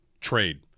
trade